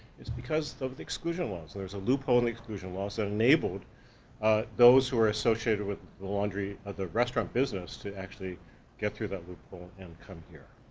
is because of the exclusion laws. there was a loophole in the exclusion laws, so enabled those who were associated with the laundry, the restaurant business to actually get through that loophole and come here.